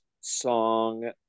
song